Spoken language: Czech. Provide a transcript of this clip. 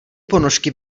ponožky